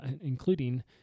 including